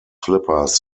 flippers